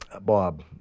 Bob